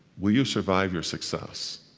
will you survive your success?